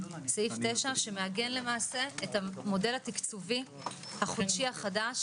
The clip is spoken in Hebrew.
שמעגן למעשה את המודל התקצובי החודשי החדש